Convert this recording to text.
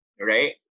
right